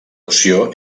opció